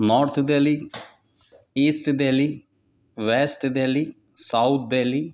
north Delhi east Delhi west Delhi south Delhi